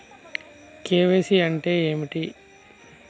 KYC అంటే ఏమిటి?